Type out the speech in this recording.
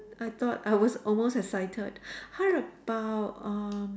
I thought I was almost excited how about uh